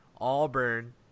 Auburn